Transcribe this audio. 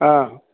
অঁ